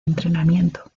entrenamiento